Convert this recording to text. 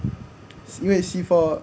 因为 C four